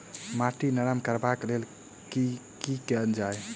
माटि नरम करबाक लेल की केल जाय?